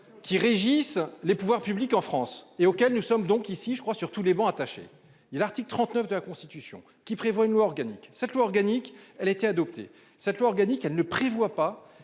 qui régissent les pouvoirs publics en France et auquel nous sommes donc ici je crois sur tous les bancs attaché il l'article 39 de la Constitution qui prévoit une loi organique. Cette loi organique elle été adoptée cette loi organique. Elle ne prévoit pas